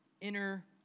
inner